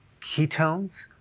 ketones